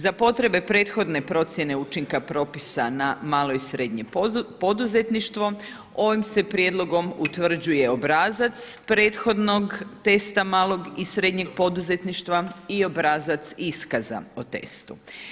Za potrebe prethodne procjene učinka propisa na malo i srednje poduzetništvo ovim se prijedlogom utvrđuje obrazac prethodnog teksta malog i srednjeg poduzetništva i obrazac iskaza o testu.